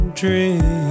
dream